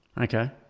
okay